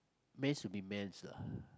men to be men lah